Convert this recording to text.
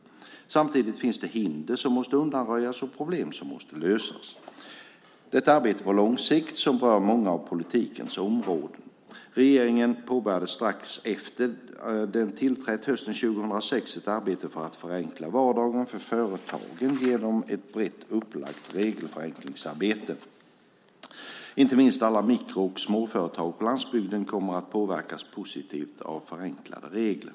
Samtidigt finns det hinder som måste undanröjas och problem som måste lösas. Det är ett arbete på lång sikt som berör många av politikens områden. Regeringen påbörjade strax efter att den tillträtt hösten 2006 ett arbete för att förenkla vardagen för företagen genom ett brett upplagt regelförenklingsarbete. Inte minst alla mikro och småföretag på landsbygden kommer att påverkas positivt av förenklade regler.